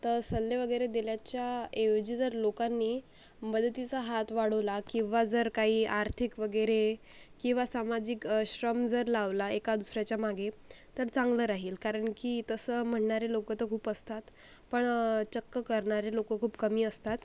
तर सल्ले वगैरे दिल्याच्याऐवजी जर लोकांनी मदतीचा हात वाढवला किंवा जर काहीआर्थिक वगैरे किंवा सामाजिक श्रम जर लावला एका दुसऱ्याच्या मागे तर चांगलं राहील कारण की तसं म्हणणारे लोक तर खूप असतात पण चक्क करणारे लोक खूप कमी असतात